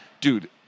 Dude